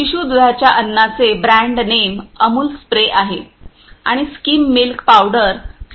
शिशु दुधाच्या अन्नाचे ब्रँड नेम अमूल स्प्रे आहे आणि स्किम मिल्क पावडर सागर एसएमबीचे आहे